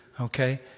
okay